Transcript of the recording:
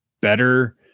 better